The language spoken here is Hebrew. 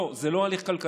לא, זה לא הליך כלכלי,